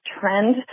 trend